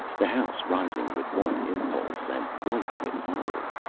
the house rising with one impulse, and white with horror!